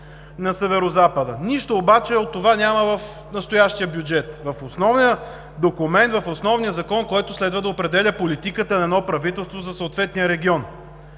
на Северозапада. Нищо обаче от това няма в настоящия бюджет, в основния документ, в основния Закон, който следва да определя политиката на едно правителство за съответния регион.